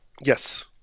Yes